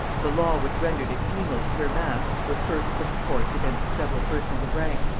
the law which rendered it penal to hear mass was first put in force against several persons of rank,